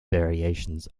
variations